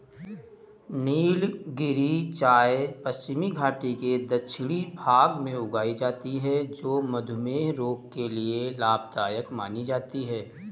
नीलगिरी चाय पश्चिमी घाटी के दक्षिणी भाग में उगाई जाती है जो मधुमेह रोग के लिए लाभदायक मानी जाती है